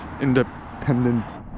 independent